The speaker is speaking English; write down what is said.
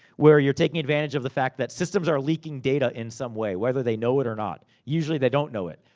where you're taking advantage of the fact, that systems are leaking data in some way. whether they know it or not. usually they don't know it.